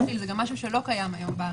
זה גם לא קיים היום.